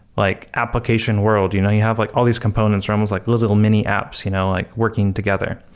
like application world. you know you have like all these components or almost like little mini apps you know like working together.